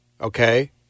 okay